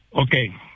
Okay